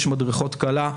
יש מדריכות כלה.